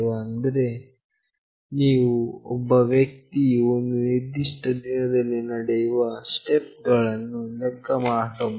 ಅಂದರೆ ನೀವು ಒಬ್ಬ ವ್ಯಕ್ತಿಯು ಒಂದು ದಿನದಲ್ಲಿ ನಡೆಯುವ ಸ್ಟೆಪ್ ಗಳನ್ನು ಲೆಕ್ಕ ಹಾಕಬಹುದು